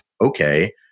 okay